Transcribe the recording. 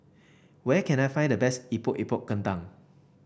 where can I find the best Epok Epok Kentang